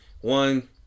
One